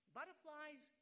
Butterflies